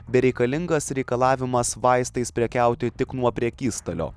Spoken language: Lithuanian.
bereikalingas reikalavimas vaistais prekiauti tik nuo prekystalio